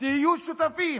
תהיו שותפים,